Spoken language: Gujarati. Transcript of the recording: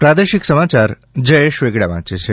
પ્રાદેશિક સમાચાર જયેશ વેગડા વાંચે છે